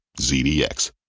ZDX